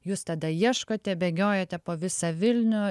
jūs tada ieškote bėgiojate po visą vilnių